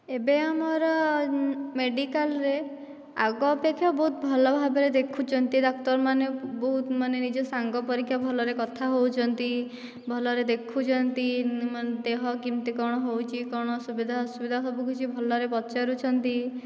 ଏବେ ଆମର ମେଡିକାଲ ରେ ଆଗ ଅପେକ୍ଷା ବହୁତ ଭଲ ଭାବ ରେ ଦେଖୁଛନ୍ତି ଡାକ୍ତର ମାନେ ବହୁତ ମାନେ ନିଜ ସାଙ୍ଗ ପରିକା ଭଲରେ କଥା ହେଉଛନ୍ତି ଭଲ ରେ ଦେଖୁଛନ୍ତି ଦେହ କେମିତି କ'ଣ ହେଉଛି କ'ଣ ସୁବିଧା ଅସୁବିଧା ସବୁକିଛି ଭଲ ରେ ପଚାରୁଛନ୍ତି